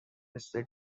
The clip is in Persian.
مثل